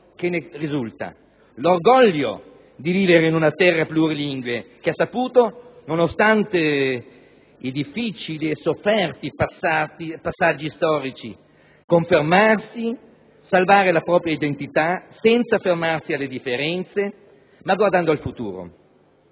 che ne risulta, l'orgoglio di vivere in una terra plurilingue che ha saputo - nonostante i difficili e sofferti passaggi storici - confermarsi, salvare la propria identità, senza fermarsi alle differenze, ma guardando al futuro.